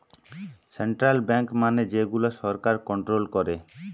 central bank মানে যে গুলা সরকার কন্ট্রোল করে